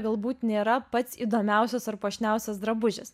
galbūt nėra pats įdomiausias ar puošniausias drabužis